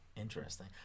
Interesting